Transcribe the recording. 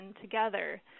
together